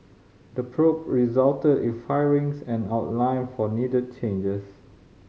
the probe resulted in firings and outline for needed changes